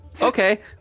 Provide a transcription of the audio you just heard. Okay